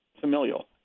familial